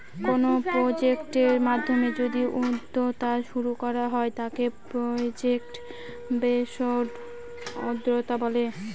কোনো প্রজেক্টের মাধ্যমে যদি উদ্যোক্তা শুরু করা হয় তাকে প্রজেক্ট বেসড উদ্যোক্তা বলে